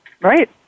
right